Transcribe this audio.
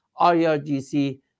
IRGC